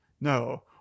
no